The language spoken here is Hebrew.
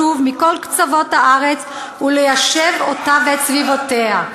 שעתיד לשוב מכל קצוות הארץ וליישב אותה ואת סביבותיה.